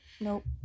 Nope